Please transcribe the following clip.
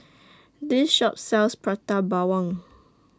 This Shop sells Prata Bawang